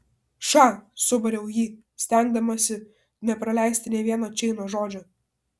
ša subariau jį stengdamasi nepraleisti nė vieno čeinio žodžio